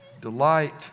Delight